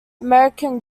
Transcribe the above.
american